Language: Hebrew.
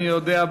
אני יודע,